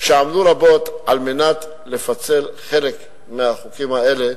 שעמלו רבות על פיצול חלק מהחוקים האלה,